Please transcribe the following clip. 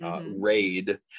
raid